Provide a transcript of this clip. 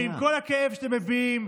עם כל הכאב שאתם מביעים,